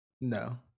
No